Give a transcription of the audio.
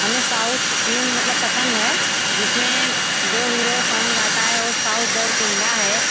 हमें south film मतलब पसंद है जिसमें जो हीरो सॉन्ग गाता है वह साउथ दरकुंडा है